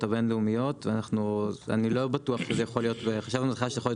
אני פותח את ישיבת ועדת הכלכלה.